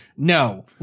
No